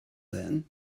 then